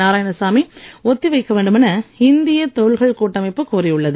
நாராயணசாமி ஒத்திவைக்க வேண்டுமென இந்திய தொழில்கள் கூட்டமைப்பு கோரியுள்ளது